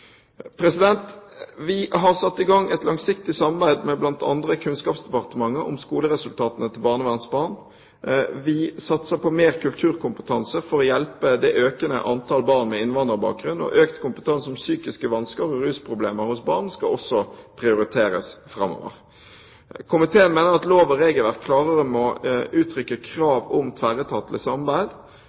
Vi har satt i gang et langsiktig samarbeid med bl.a. Kunnskapsdepartementet om skoleresultatene til barnevernsbarn. Vi satser på mer kulturkompetanse for å hjelpe det økende antallet barn med innvandrerbakgrunn, og økt kompetanse om psykiske vansker og rusproblemer hos barn skal også prioriteres framover. Komiteen mener at lov- og regelverk klarere må uttrykke krav om tverretatlig samarbeid,